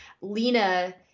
Lena